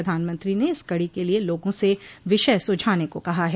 प्रधानमंत्री ने इस कडो के लिए लोगों से विषय सुझाने को कहा है